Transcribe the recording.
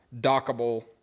dockable